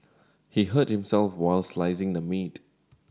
he hurt himself while slicing the meat